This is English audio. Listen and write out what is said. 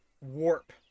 warp